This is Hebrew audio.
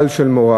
בעל של מורה,